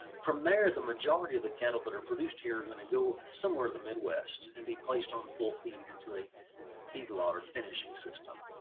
from there the majority of the cattle that are produced here are going to go somewhere in the midwest and be placed on full feed into a feedlot or finishing system.